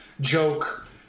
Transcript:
joke